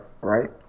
right